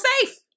safe